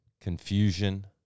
confusion